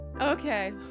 Okay